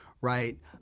right